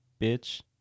bitch